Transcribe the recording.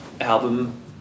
album